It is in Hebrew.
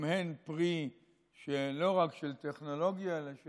גם הן פרי לא רק של טכנולוגיה אלא של